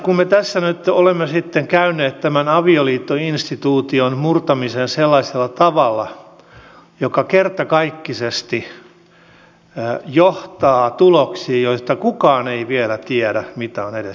me tässä nyt olemme sitten käyneet tämän avioliittoinstituution murtamiseen sellaisella tavalla joka kertakaikkisesti johtaa tuloksiin joista kukaan ei vielä tiedä mitä on edessäpäin